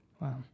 Wow